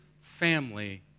family